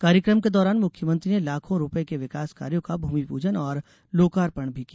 कार्यकम के दौरान मुख्यमंत्री ने लाखों रूपये के विकास कार्यों का भूमिपूजन और लोकार्पण भी किया